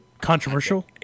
Controversial